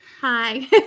Hi